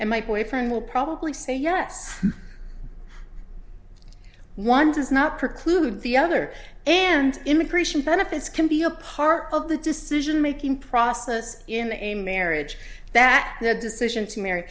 and my boyfriend will probably say yes one does not preclude the other and immigration benefits can be a part of the decision making process in a marriage that the decision to marr